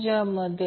तर फक्त यामधून जा